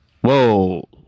Whoa